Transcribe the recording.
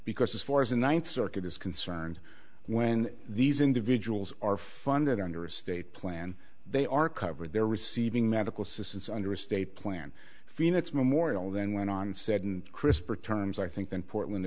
because as far as the ninth circuit is concerned when these individuals are funded under a state plan they are covered they're receiving medical systems under a state plan phoenix memorial then went on said crisper terms i think than portland